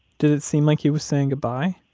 did it seem like he was saying goodbye?